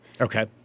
Okay